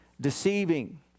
deceiving